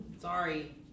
Sorry